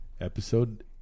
episode